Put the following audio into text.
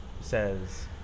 says